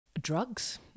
Drugs